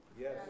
Yes